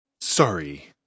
Sorry